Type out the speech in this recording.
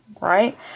right